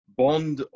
bond